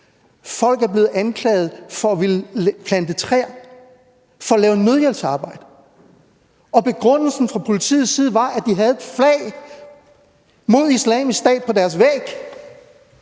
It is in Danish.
Folk er blevet anklaget for at ville plante træer, for at lave nødhjælpsarbejde. Begrundelsen fra politiets side var, at de havde et flag mod Islamisk Stat på deres væg,